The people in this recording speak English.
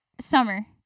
Summer